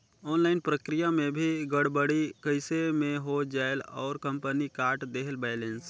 Online प्रक्रिया मे भी गड़बड़ी कइसे मे हो जायेल और कंपनी काट देहेल बैलेंस?